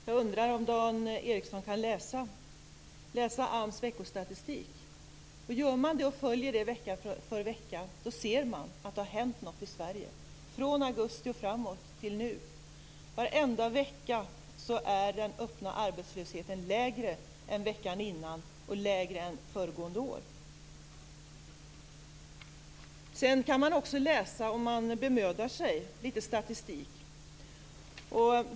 Herr talman! Jag undrar om Dan Ericsson kan läsa AMS veckostatistik. Om man gör det och följer den vecka för vecka ser man att det har hänt någonting i Sverige från augusti och fram till nu. Varje vecka är den öppna arbetslösheten lägre än veckan innan och lägre än föregående år. Om man bemödar sig kan man läsa statistik.